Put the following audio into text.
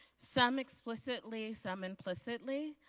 some explicitly, some implicitly,